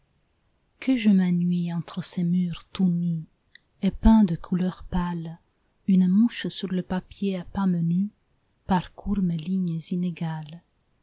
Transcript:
que je m'ennuie entre ces murs tout nus et peints de couleurs pâles une mouche sur le papier à pas menus parcourt mes lignes inégales